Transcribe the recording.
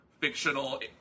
fictional